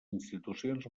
institucions